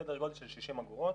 סדר גודל של 60 אגורות.